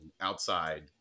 outside